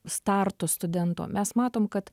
startu studento mes matom kad